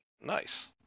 Nice